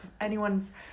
anyone's